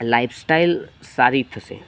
lifestyle સારી થશે